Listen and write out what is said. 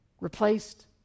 replaced